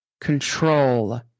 control